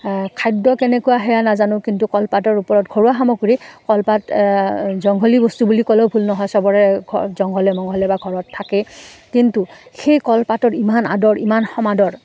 খাদ্য কেনেকুৱা সেয়া নাজানো কিন্তু কলপাতৰ ওপৰত ঘৰুৱা সামগ্ৰী কলপাত জংঘলী বস্তু বুলি ক'লেও ভুল নহয় সবৰে ঘ জংঘলে মংঘলে বা ঘৰত থাকে কিন্তু সেই কলপাতৰ ইমান আদৰ ইমান সমাদৰ